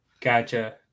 gotcha